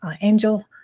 angel